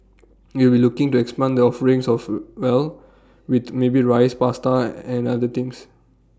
we'll be looking to expand the offerings soft well with maybe Rice Pasta and other things